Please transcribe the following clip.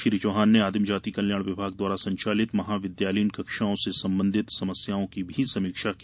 श्री चौहान ने आदिम जाति कल्याण विभाग द्वारा संचालित महाविद्यालयीन कक्षाओं से संबंधित समस्याओं की भी समीक्षा की